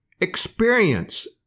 Experience